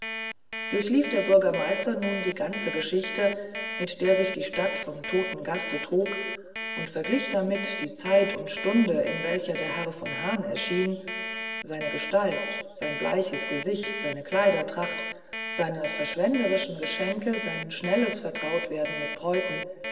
durchlief der bürgermeister nun die ganze geschichte mit der sich die stadt vom toten gaste trug und verglich damit die zeit und stunde in welcher der herr von hahn erschien seine gestalt sein bleiches gesicht seine kleidertracht seine verschwenderischen geschenke sein schnelles vertrautwerden mit bräuten